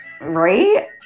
Right